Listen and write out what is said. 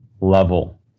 level